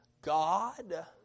God